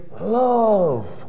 love